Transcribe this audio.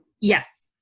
Yes